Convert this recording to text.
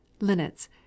linnets